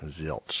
zilch